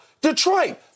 Detroit